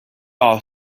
are